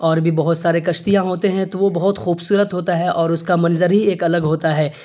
اور بھی بہت سارے کشتیاں ہوتے ہیں تو وہ بہت خوبصورت ہوتا ہے اور اس کا منظر ہی ایک الگ ہوتا ہے